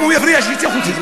אם הוא יפריע, שיצא החוצה.